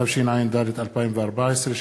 התשע"ד 2014,